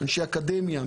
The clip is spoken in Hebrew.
אנשי אקדמיה,